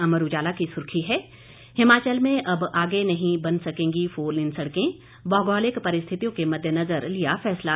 अमर उजाला की सुर्खी है हिमाचल में अब आगे नहीं बन सकेंगी फोरलेन सड़कें भौगोलिक परिस्थितियों के मददेनजर लिया फैसला